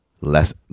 less